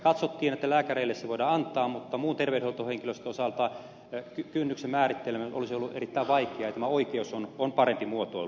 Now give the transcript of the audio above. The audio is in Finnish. katsottiin että lääkäreille se voidaan antaa mutta muun terveydenhoitohenkilöstön osalta kynnyksen määritteleminen olisi ollut erittäin vaikeaa ja tämä oikeus on parempi muotoilu